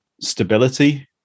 stability